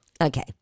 Okay